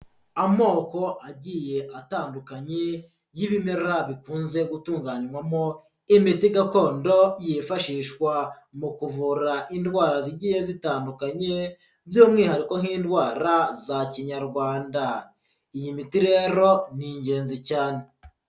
Amoko agiye atandukanye y'ibimera bikunze gutunganywamo imiti gakondo yifashishwa mu kuvura indwara zigiye zitandukanye by'umwihariko nk'indwara za kinyarwanda, iyi miti rero ni ingenzi cyane.